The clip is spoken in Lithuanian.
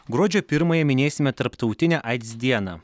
gruodžio pirmąją minėsime tarptautinę aids dieną